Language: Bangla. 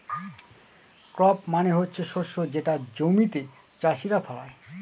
ক্রপ মানে হচ্ছে শস্য যেটা জমিতে চাষীরা ফলায়